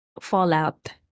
fallout